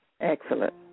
Excellent